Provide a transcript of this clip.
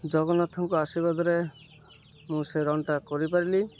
ଜଗନ୍ନାଥଙ୍କ ଆଶୀର୍ବାଦରେ ମୁଁ ସେ ରନ୍ଟା କରିପାରିଲି